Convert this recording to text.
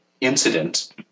incident